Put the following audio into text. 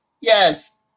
Yes